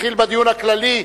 נתחיל בדיון הכללי.